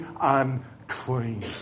unclean